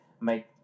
make